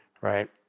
Right